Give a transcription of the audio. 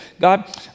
God